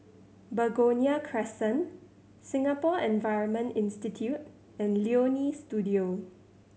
Begonia Crescent Singapore Environment Institute and Leonie Studio